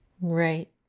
Right